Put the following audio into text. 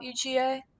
UGA